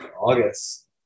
August